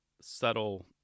subtle